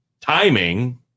timing